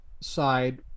side